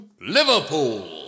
Liverpool